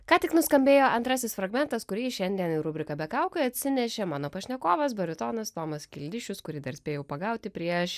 ką tik nuskambėjo antrasis fragmentas kurį šiandien į rubriką be kaukių atsinešė mano pašnekovas baritonas tomas kildišius kurį dar spėjau pagauti prieš